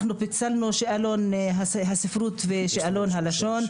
פיצלנו את שאלון הספרות ושאלון הלשון,